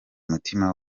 mutima